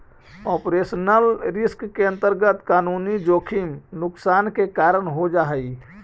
operational risk के अंतर्गत कानूनी जोखिम नुकसान के कारण हो जा हई